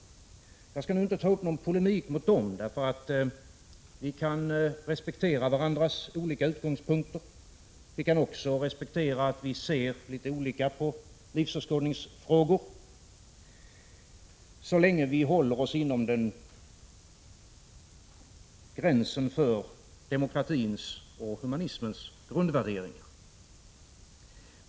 Jag skall inte ta upp någon polemik mot dem. Vi kan respektera varandras olika utgångspunkter och vi kan också respektera att vi ser litet olika på livsåskådningsfrågor, så länge vi håller oss inom gränsen för demokratins och humanismens grundvärderingar.